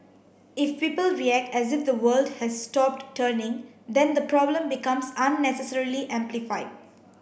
if people react as if the world has stopped turning then the problem becomes unnecessarily amplified